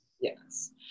Yes